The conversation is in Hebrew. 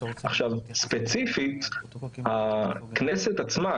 ספציפית הכנסת עצמה,